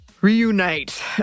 reunite